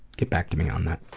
get back to me on that.